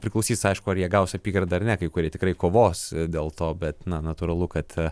priklausys aišku ar jie gaus apygardą ar ne kai kurie tikrai kovos dėl to na natūralu kad